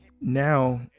Now